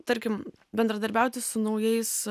tarkim bendradarbiauti su naujais